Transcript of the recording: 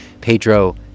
Pedro